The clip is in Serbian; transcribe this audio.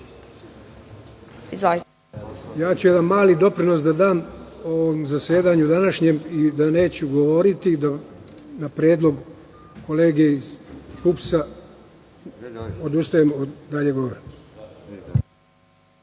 Daću jedan mali doprinos ovom zasedanju današnjem i da neću govoriti, na predlog kolege iz PUPS, odustajem od daljeg govora.